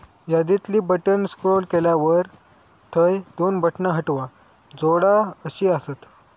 यादीतली बटण स्क्रोल केल्यावर थंय दोन बटणा हटवा, जोडा अशी आसत